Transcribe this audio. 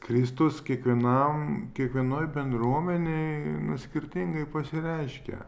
kristus kiekvienam kiekvienoj bendruomenėj skirtingai pasireiškia